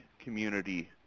community